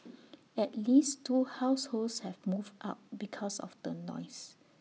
at least two households have moved out because of the noise